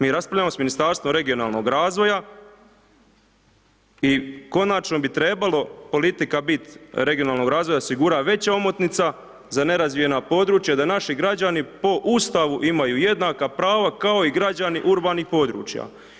Mi raspravljamo s Ministarstvom regionalnog razvoja i konačno bi trebalo bit politika bit regionalnog razvoja da se osigura veća omotnica za nerazvijena područja, da naši građani po Ustavu imaju jednaka prava kao i građani urbanih područja.